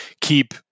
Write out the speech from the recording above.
keep